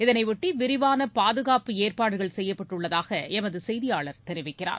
இதனையொட்டி விரிவான பாதுகாப்பு ஏற்பாடுகள் செய்யப்பட்டுள்ளதாக செய்கியாளர் தெரிவிக்கிறார்